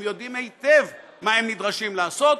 הן יודעות היטב מה הן נדרשות לעשות.